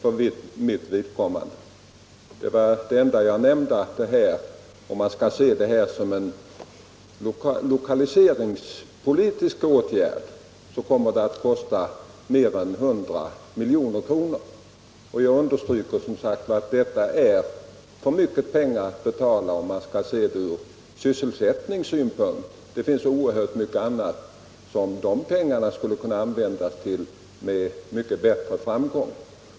Skall man genomföra detta förslag såsom en lokaliseringspolitisk åtgärd, kommer det att kosta mer än 100 milj.kr. Jag vill understryka att detta är för mycket pengar från sysselsättningssynpunkt. Det finns mycket annat som de pengarna skulle kunna användas till med mycket större framgång.